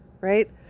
right